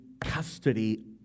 custody